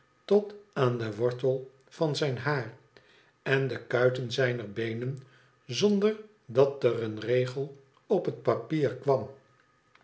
tot aan den wortel van zijn haar en de kuiten zijner beenen zonder dat er een regel op het papier kwam